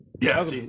Yes